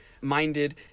minded